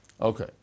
Okay